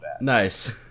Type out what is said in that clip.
Nice